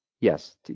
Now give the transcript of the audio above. Yes